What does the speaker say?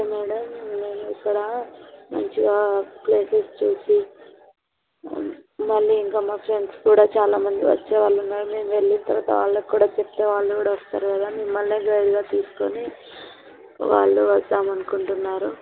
okay madam మేము ఇక్కడ మంచిగా ప్లేసెస్ చూసి మళ్ళీ ఇంకా మా ఫ్రెండ్స్ కూడా చాలా మంది వచ్చే వాళ్ళు ఉన్నారు మేము వెళ్ళిన తరువాత వాళ్ళకు కూడా చెప్తే వాళ్ళు కూడా వస్తారు కదా మిమ్మల్నే గైడ్గా తీసుకుని వాళ్ళు వద్దాము అనుకుంటున్నారు